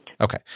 Okay